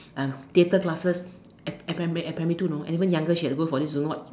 um theatre classes at at primary at primary two you know and even younger she has to go for this don't know what